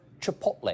Chipotle